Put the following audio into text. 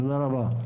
תודה רבה.